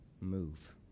move